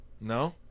No